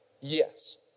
Yes